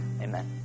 amen